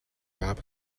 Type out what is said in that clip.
gab